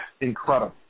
incredible